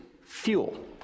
Fuel